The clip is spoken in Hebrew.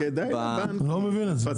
לא מבין את זה.